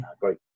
great